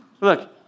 Look